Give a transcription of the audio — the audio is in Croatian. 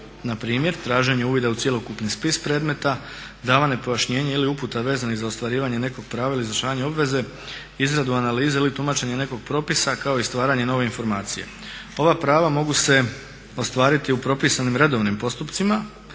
Na primjer, traženje uvida u cjelokupni spis predmeta, davanje pojašnjenja ili uputa vezanih za ostvarivanje nekog prava ili izvršavanje obveze, izradu analize ili tumačenje nekog propisa kao i stvaranje nove informacije. Ova prava mogu se ostvariti u propisanim redovnim postupcima,